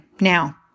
Now